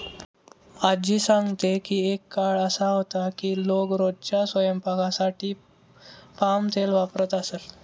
आज्जी सांगते की एक काळ असा होता की लोक रोजच्या स्वयंपाकासाठी पाम तेल वापरत असत